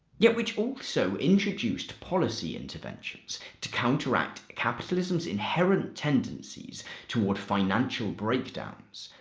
yet which also introduced policy interventions to counteract capitalism's inherent tendencies toward financial breakdowns,